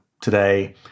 today